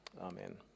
amen